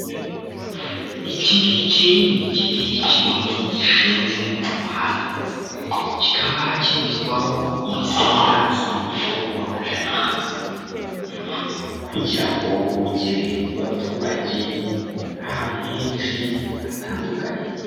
Iki ngiki ni igiti kinini gishinze mu muhanda, kikaba kinyuzwaho insinga z'umuriro w'amashanyarazi kugira ngo ugere ku baturage ahantu henshi hatandukanye.